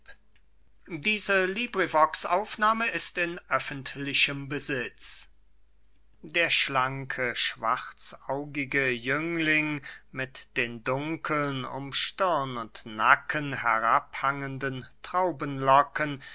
an aristipp der schlanke schwarzaugige jüngling mit den dunkeln um stirn und nacken herabhängenden